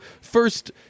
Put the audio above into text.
first